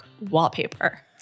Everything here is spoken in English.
Wallpaper